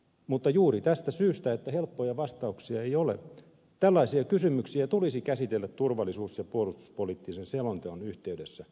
mutta juuri tästä syystä että helppoja vastauksia ei ole tällaisia kysymyksiä tulisi käsitellä turvallisuus ja puolustuspoliittisen selonteon yhteydessä